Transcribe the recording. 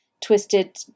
twisted